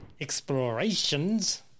Explorations